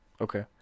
okay